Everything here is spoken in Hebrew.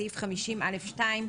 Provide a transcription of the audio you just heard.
בסעיף 50(א)(2),